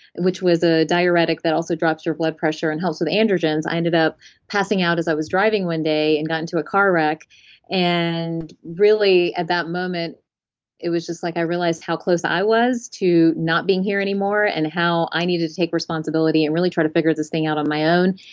which was a diuretic that also drops your blood pressure, and helps with androgens i ended up passing out as i was driving one day, and got into a car wreck really at that moment it was just like i realized how close i was to not being here anymore, and how i needed to take responsibility and really try to figure this thing out on my own,